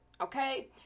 Okay